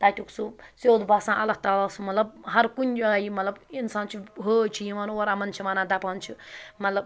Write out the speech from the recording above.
تَتیُٚک سُہ سیوٚد باسان اللہ تعالیٰ ہَس مطلب ہَرکُنہِ جایہِ مطلب اِنسان چھِ حٲج چھِ یِوان یمن چھِ وَنان دَپان چھِ مطلب